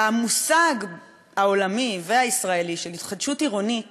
והמושג העולמי והישראלי של התחדשות עירונית